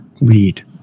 lead